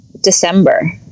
December